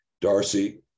darcy